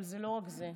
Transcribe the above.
אבל זה לא רק זה,